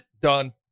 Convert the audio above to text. done